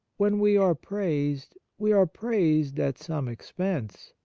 when we are praised, we are praised at some expense,